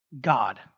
God